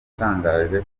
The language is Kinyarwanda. yatangaje